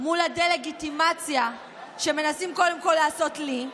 מול הדה-לגיטימציה שמנסים קודם כול לעשות לי,